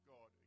God